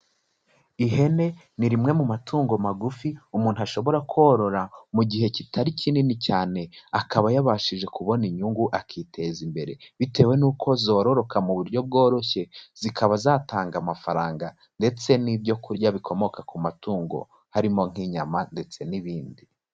Ihene ni rimwe mu matungo magufi umuntu ashobora korora mu gihe kitari kinini cyane akaba yabashije kubona inyungu akiteza imbere, bitewe nuko zororoka mu buryo bworoshye, zikaba zatanga amafaranga ndetse n'ibyo kurya bikomoka ku matungo harimo nk'inyama ndetse n'ibindi.